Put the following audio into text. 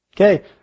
Okay